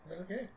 okay